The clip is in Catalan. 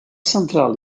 central